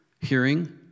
hearing